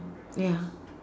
ya